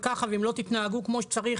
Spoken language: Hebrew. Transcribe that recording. ואם לא תתנהגו כמו שצריך,